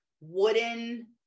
wooden